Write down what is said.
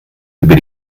über